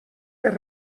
per